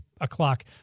o'clock